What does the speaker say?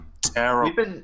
Terrible